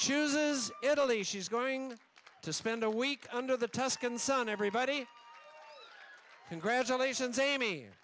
chooses italy she's going to spend a week under the tuscan sun everybody congratulations amy